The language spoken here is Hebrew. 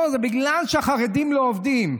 לא, זה בגלל שהחרדים לא עובדים.